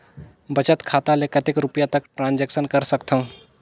बचत खाता ले कतेक रुपिया तक ट्रांजेक्शन कर सकथव?